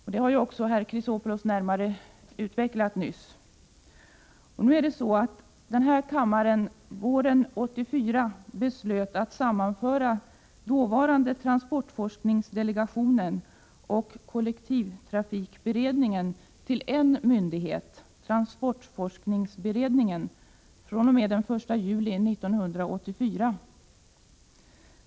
Detta har också herr Chrisopoulos nyss närmare utvecklat. Nu är det så att den här kammaren våren 1984 beslöt att sammanföra dåvarande transportforskningsdelegationen och kollektivtrafikberedningen till er myndighet, transportforskningsberedningen, fr.o.m. den 1 juli 1984.